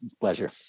Pleasure